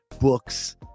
books